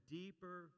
deeper